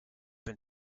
been